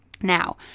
Now